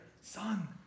Son